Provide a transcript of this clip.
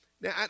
Now